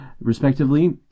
respectively